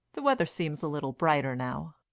the weather seems a little brighter now.